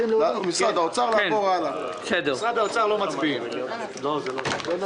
על הבקשות של משרד האוצר לא מצביעים ועוברים הלאה.